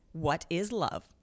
whatislove